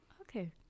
okay